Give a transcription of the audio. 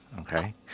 Okay